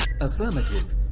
Affirmative